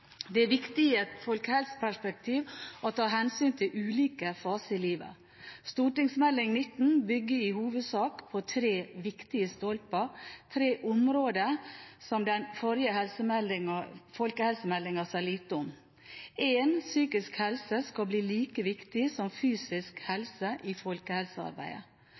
Det er viktig i et folkehelseperspektiv å ta hensyn til ulike faser i livet. Meld. St. 19 bygger i hovedsak på tre viktige stolper – tre områder som den forrige folkehelsemeldingen sa lite om: Psykisk helse skal bli like viktig som fysisk helse i folkehelsearbeidet.